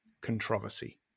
controversy